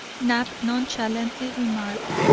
knapp nonchalantly remarked,